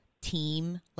team